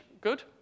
Good